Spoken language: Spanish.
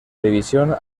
división